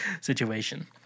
situation